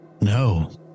No